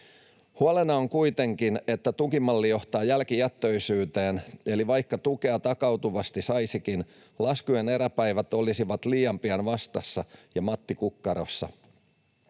Huolena on kuitenkin, että tukimalli johtaa jälkijättöisyyteen, eli vaikka tukea takautuvasti saisikin, laskujen eräpäivät olisivat liian pian vastassa ja matti kukkarossa.